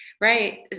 right